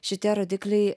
šitie rodikliai